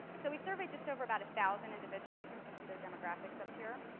so we surveyed just over about a thousand individuals and you can see their demographics up here,